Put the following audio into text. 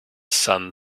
sun